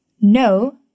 No